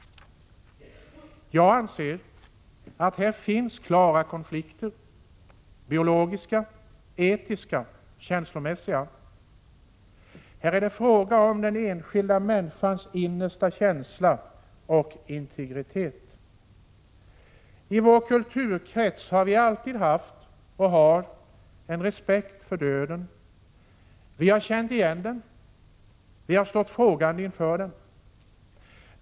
Jag anser att det här finns klara konflikter — biologiska, etiska, känslomässiga. Här är det fråga om den enskilda människans innersta känsla och integritet. I vår kulturkrets har vi alltid haft och har respekt för döden. Vi har känt igen den. Vi har stått frågande inför den.